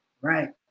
right